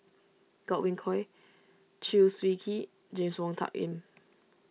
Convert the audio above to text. Godwin Koay Chew Swee Kee James Wong Tuck Yim